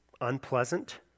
unpleasant